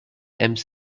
ems